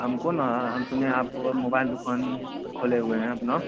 हमको ना हम सुने हैं आप मोबाइल दुकान खोले हुए हैं अपना